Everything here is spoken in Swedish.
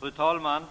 Fru talman!